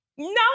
No